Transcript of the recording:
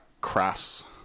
crass